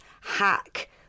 hack